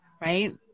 Right